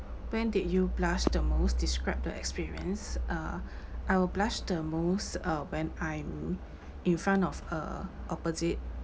when did you blush the most describe the experience uh I will blush the most uh when I'm in front of a opposite